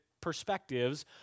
perspectives